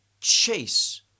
chase